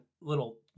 little